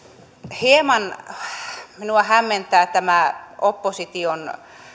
hieman minua hämmentää tämä opposition